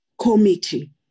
committee